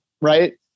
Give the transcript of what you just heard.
right